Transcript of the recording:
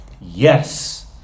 Yes